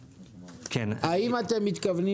האם אתם מתכוונים